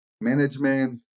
management